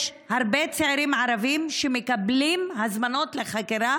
יש הרבה צעירים ערבים שמקבלים הזמנות לחקירה